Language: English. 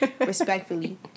respectfully